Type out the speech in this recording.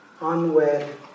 unwed